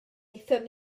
aethon